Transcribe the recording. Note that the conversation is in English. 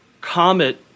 Comet